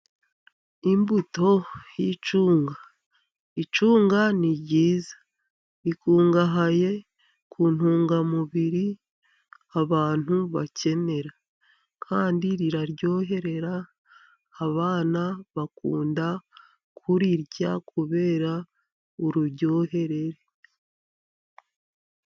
Imbuto y'icunga. Icunga ni ryiza rikungahaye ku ntungamubiri abantu bakenera, kandi riraryoherera, abana bakunda kurirya, kubera uru ururyohere.